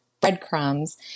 breadcrumbs